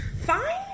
fine